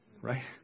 Right